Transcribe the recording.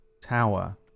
tower